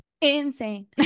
insane